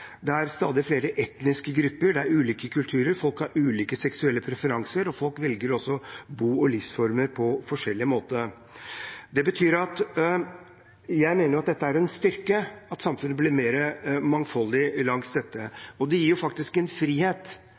Det er stadig flere etniske grupper og ulike kulturer. Folk har ulike seksuelle preferanser, og folk velger bo- og livsformer på forskjellige måter. Jeg mener det er en styrke at samfunnet blir mer mangfoldig. Det gir frihet å kunne velge ulike livsformer, slik det